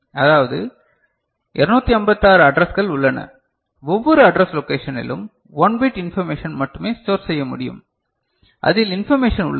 அதாவது 256 அட்ரஸ்கள் உள்ளன ஒவ்வொரு அட்ரஸ் லோகேஷனிலும் 1 பிட் இன்பர்மேஷன் மட்டுமே ஸ்டோர் செய்ய முடியும் அதில் இன்பர்மேஷன் உள்ளது